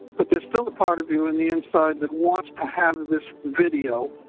but there's still a part of you in the inside that wants to have this video